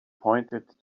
pointed